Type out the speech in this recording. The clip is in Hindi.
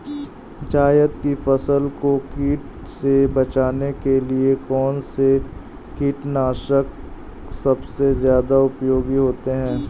जायद की फसल को कीट से बचाने के लिए कौन से कीटनाशक सबसे ज्यादा उपयोगी होती है?